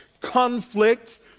conflict